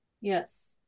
Yes